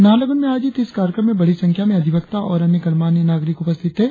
नाहरलगुन में आयोजित इस कार्यक्रम में बड़ी संख्या में अधिवक्ता और अन्य गणमान्य नागरिक उपस्थित थे